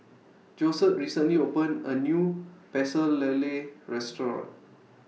Josette recently opened A New Pecel Lele Restaurant